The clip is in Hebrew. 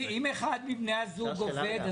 אם אחד משני בני הזוג עובד,